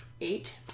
eight